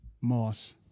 Moss